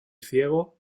ciego